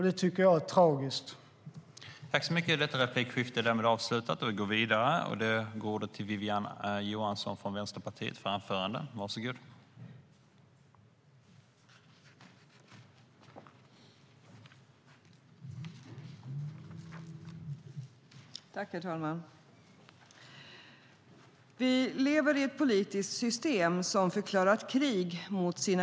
Det tycker jag är tragiskt.